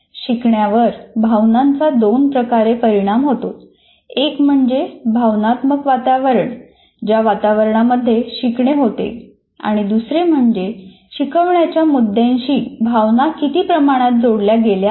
शिकण्यावर भावनांचा दोन प्रकारे परिणाम होतो एक म्हणजे भावनात्मक वातावरण ज्या वातावरणामध्ये शिकणे होते आणि दुसरे म्हणजे शिकवण्याच्या मुद्द्यांशी भावना किती प्रमाणात जोडल्या गेल्या आहेत